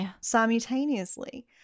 simultaneously